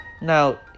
Now